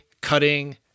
cutting